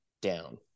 down